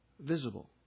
visible